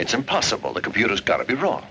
it's impossible the computers got to be wrong